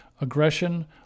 aggression